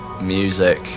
music